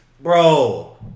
Bro